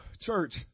church